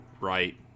right